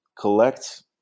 collect